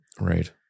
Right